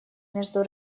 между